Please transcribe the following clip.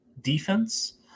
defense